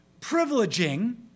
privileging